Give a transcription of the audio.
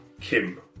Kim